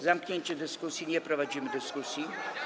Zamknięcie dyskusji - nie prowadzimy dyskusji.